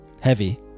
Heavy